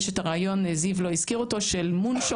יש את הרעיון זיו לא הזכיר אותו של moonshot,